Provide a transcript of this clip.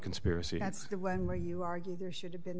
conspiracy that's the one where you argue there should have been